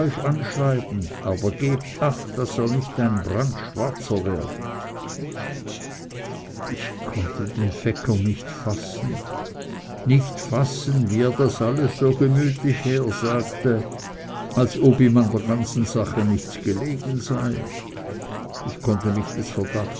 anschreiben aber gebt acht daß ihr nicht ein brandschwarzer werdet ich konnte den fecker nicht fassen nicht fassen wie er das alles so gemütlich hersagte als ob ihm an der ganzen sache nichts gelegen sei ich konnte mich des verdachts